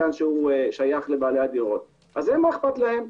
מתקן ששייך לבעלי הדירות, אז מה אכפת להם?